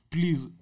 Please